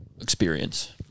Experience